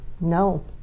no